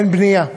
אין בנייה.